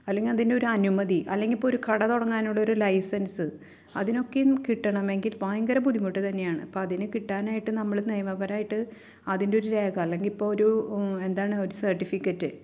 അല്ലെങ്കിൽ അതിന് ഒരു അനുമതി അല്ലെങ്കിൽ ഇപ്പോൾ ഒരു കട തുടങ്ങാനുള്ള ഒരു ലൈസൻസ്സ് അതിനൊക്കെയും കിട്ടണമെങ്കിൽ ഭയങ്കര ബുദ്ധിമുട്ട് തന്നെയാണ് അപ്പോൾ അതിന് കിട്ടാനായിട്ട് നമ്മൾ നിയമപരമായിട്ട് അതിൻ്റെ ഒരു രേഖ അല്ലെങ്കിൽ ഇപ്പോൾ ഒരു എന്താണ് ഒരു സർട്ടിഫിക്കറ്റ്